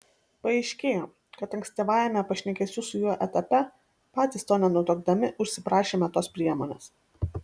paaiškėjo kad ankstyvajame pašnekesių su juo etape patys to nenutuokdami užsiprašėme tos priemonės